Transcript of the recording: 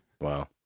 Wow